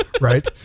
Right